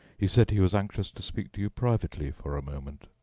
he said he was anxious to speak to you privately for a moment.